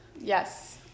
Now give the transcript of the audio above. Yes